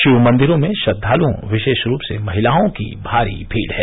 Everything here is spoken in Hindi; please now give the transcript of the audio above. शिव मंदिरों में श्रद्धालुओं विशेक्षा रूप से महिलाओं की भारी भीड़ है